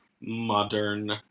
modern